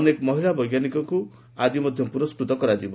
ଅନେକ ମହିଳା ବୈଜ୍ଞାନିକଙ୍କୁ ଆଜି ମଧ୍ୟ ପୁରସ୍କୃତ କରାଯିବ